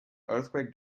earthquake